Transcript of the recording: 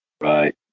Right